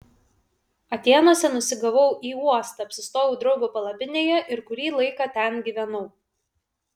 atėnuose nusigavau į uostą apsistojau draugo palapinėje ir kurį laiką ten gyvenau